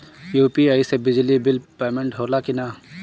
UPI से बिजली bill payment होला कि न?